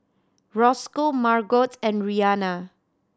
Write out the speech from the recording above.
Roscoe Margot and Reanna